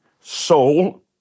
Soul